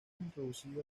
introducida